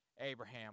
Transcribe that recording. Abraham